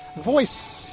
voice